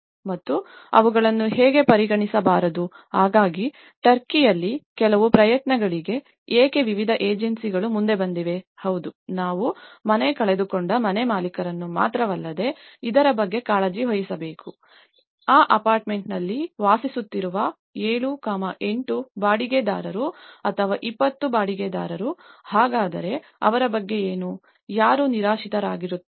ಮತ್ತು ಅವುಗಳನ್ನು ಹೇಗೆ ಪರಿಗಣಿಸಬಾರದು ಹಾಗಾಗಿ ಟರ್ಕಿಯಲ್ಲಿ ಕೆಲವು ಪ್ರಯತ್ನಗಳೀಗೆ ಏಕೆ ವಿವಿಧ ಏಜೆನ್ಸಿಗಳು ಮುಂದೆ ಬಂದಿವೆ ಹೌದು ನಾವು ಮನೆ ಕಳೆದುಕೊಂಡ ಮನೆ ಮಾಲೀಕರನ್ನು ಮಾತ್ರವಲ್ಲದೆ ಇದರ ಬಗ್ಗೆ ಕಾಳಜಿ ವಹಿಸಬೇಕು ಆ ಅಪಾರ್ಟ್ಮೆಂಟ್ನಲ್ಲಿ ವಾಸಿಸುತ್ತಿರುವ 7 8 ಬಾಡಿಗೆದಾರರು ಅಥವಾ 20 ಬಾಡಿಗೆದಾರರು ಹಾಗಾದರೆ ಅವರ ಬಗ್ಗೆ ಏನು ಯಾರು ನಿರಾಶ್ರಿತರಾಗುತ್ತಾರೆ